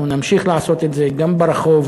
אנחנו נמשיך לעשות את זה גם ברחוב,